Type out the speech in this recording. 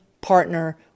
partner